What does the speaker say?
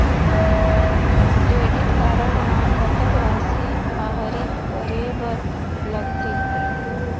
Credit card म कतक राशि आहरित करे बर लगथे?